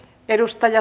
kiitoksia